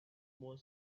more